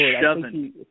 shoving